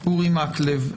מקלב.